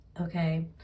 Okay